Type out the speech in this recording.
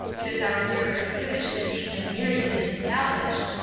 it is our dearest wish to see him married and established.